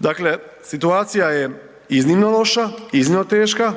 Dakle, situacija je iznimno loša, iznimno teška.